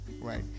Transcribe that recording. right